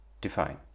define